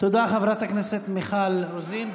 תודה, חברת הכנסת מיכל רוזין.